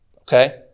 okay